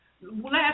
Last